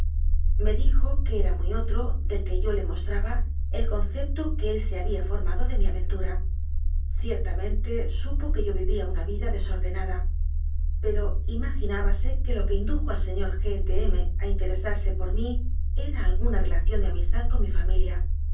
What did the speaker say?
me dijo que era muy otro del que yo le mostraba el concepto que él se había formado de mi aventura ciertamente supo que yo vivía una vida desordenada pero imaginá base que lo que indujo al señor g de m a interesarse por mí era alguna relación de amistad con mi familia